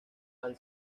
han